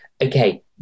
Okay